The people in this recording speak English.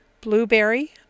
Blueberry